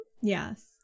Yes